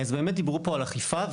באמת דיברו פה על אכיפה,